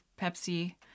Pepsi